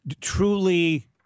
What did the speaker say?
truly